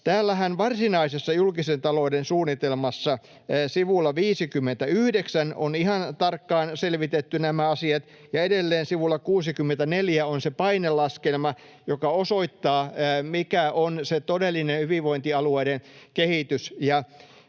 täällä varsinaisessa julkisen talouden suunnitelmassahan sivulla 59 on ihan tarkkaan selvitetty nämä asiat, ja edelleen sivulla 64 on se painelaskelma, joka osoittaa, mikä on se todellinen hyvinvointialueiden kehitys.